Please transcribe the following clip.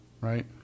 right